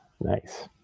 Nice